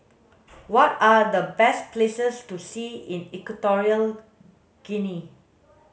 what are the best places to see in Equatorial Guinea